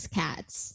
cats